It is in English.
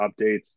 updates